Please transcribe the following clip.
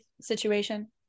situation